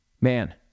man